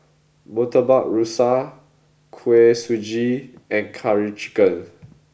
Murtabak Rusa Kuih Suji and Curry Chicken